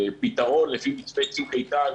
פתרון לפי מתווה "צוק איתן",